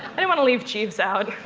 i didn't want to leave jeeves out.